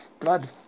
blood